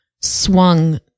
swung